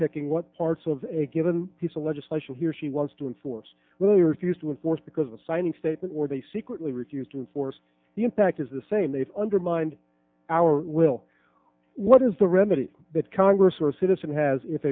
picking what parts of a given piece of legislation he or she wants to enforce we refuse to enforce because a signing statement where they secretly refused and forced the impact is the same they've undermined our will what is the remedy that congress or a citizen has if